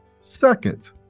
Second